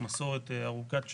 זאת מסורת ארוכת שנים,